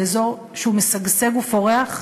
באזור שהוא משגשג ופורח,